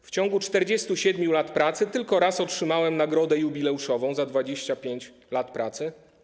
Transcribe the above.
W ciągu 47 lat pracy tylko raz otrzymałem nagrodę jubileuszową za 25 lat pracy.